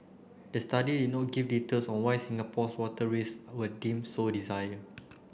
the study no give details on why Singapore's water were deemed so desire